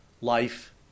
life